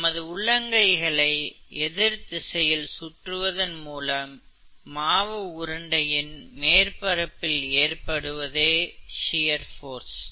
நமது உள்ளங்கைகளை எதிர் திசையில் சுற்றுவதன் மூலம் மாவு உருண்டையின் மேற்பரப்பில் ஏற்படுவதே ஷியர் போர்ஸ்